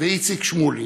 ואיציק שמולי